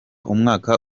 umwaka